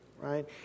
right